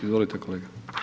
Izvolite kolega.